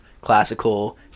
classical